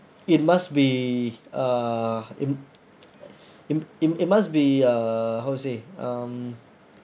it must be uh in in in it must be uh how to say um